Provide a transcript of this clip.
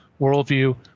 worldview